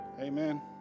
Amen